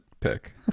pick